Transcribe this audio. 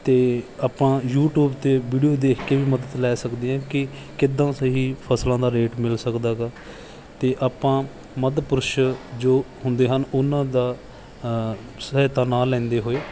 ਅਤੇ ਆਪਾਂ ਯੂਟੀਊਬ 'ਤੇ ਵੀਡੀਓ ਦੇਖ ਕੇ ਵੀ ਮਦਦ ਲੈ ਸਕਦੇ ਹਾਂ ਕਿ ਕਿੱਦਾਂ ਸਹੀ ਫਸਲਾਂ ਦਾ ਰੇਟ ਮਿਲ ਸਕਦਾ ਗਾ ਅਤੇ ਆਪਾਂ ਮੱਧ ਪੁਰਸ਼ ਜੋ ਹੁੰਦੇ ਹਨ ਉਹਨਾਂ ਦਾ ਸਹਾਇਤਾ ਨਾ ਲੈਂਦੇ ਹੋਏ